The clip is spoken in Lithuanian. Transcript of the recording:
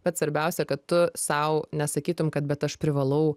bet svarbiausia kad tu sau nesakytum kad bet aš privalau